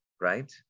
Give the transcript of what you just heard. right